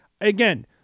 Again